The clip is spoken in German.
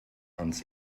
ans